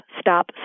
stop